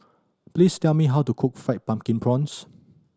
please tell me how to cook Fried Pumpkin Prawns